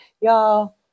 Y'all